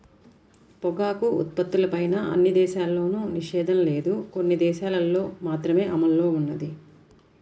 పొగాకు ఉత్పత్తులపైన అన్ని దేశాల్లోనూ నిషేధం లేదు, కొన్ని దేశాలల్లో మాత్రమే అమల్లో ఉన్నది